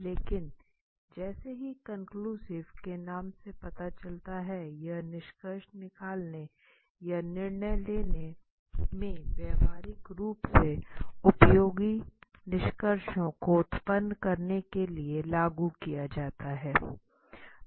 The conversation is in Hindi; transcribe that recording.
लेकिन जैसा की कन्क्लूसिव के नाम से पता चलता है यह निष्कर्ष निकालने या निर्णय लेने में व्यावहारिक रूप से उपयोगी निष्कर्षों को उत्पन्न करने के लिए लागू किया जाता है